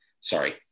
sorry